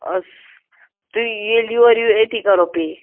اَدٕ سا تُہۍ ییٚلہِ یوٚر یِیِو ییٚتِی کَرو پےٚ